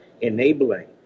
enabling